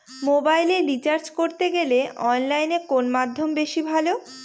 মোবাইলের রিচার্জ করতে গেলে অনলাইনে কোন মাধ্যম বেশি ভালো?